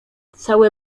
całe